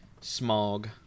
smog